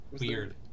weird